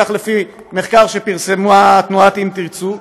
כך לפי מחקר שפרסמה תנועת אם תרצו,